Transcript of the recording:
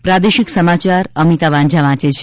પ્રાદેશિક સમાચાર અમિતા વાંઝા વાંચે છે